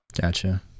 Gotcha